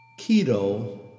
Keto